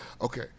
Okay